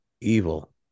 evil